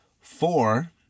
Four